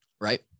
right